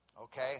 okay